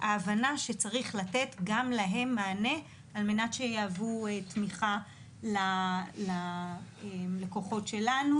ההבנה שצריך לתת גם להם מענה על מנת שיהוו תמיכה ללקוחות שלנו.